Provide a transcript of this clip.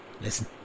listen